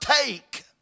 take